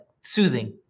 soothing